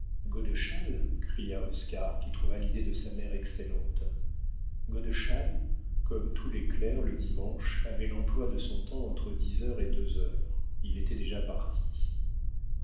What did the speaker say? godeschal godeschal cria oscar qui trouva l'idée de sa mère excellente godeschal comme tous les clercs le dimanche avait l'emploi de son temps entre dix heures et deux heures il était déjà parti